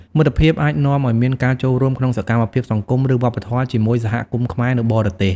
មិត្តភាពអាចនាំឱ្យមានការចូលរួមក្នុងសកម្មភាពសង្គម ឬវប្បធម៌ជាមួយ សហគមន៍ខ្មែរនៅបរទេស ។